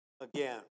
again